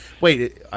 Wait